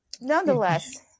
Nonetheless